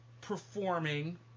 performing